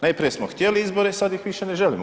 Najprije smo htjeli izbore, sad ih više ne želimo.